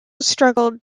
struggled